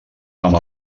amb